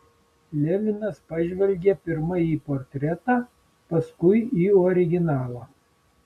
levinas pažvelgė pirma į portretą paskui į originalą